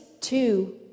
two